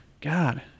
god